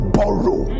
borrow